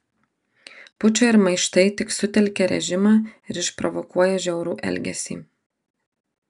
pučai ir maištai tik sutelkia režimą ir išprovokuoja žiaurų elgesį